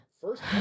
First